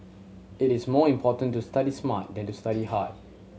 it is more important to study smart than to study hard